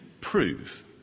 prove